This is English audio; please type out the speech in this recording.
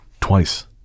twice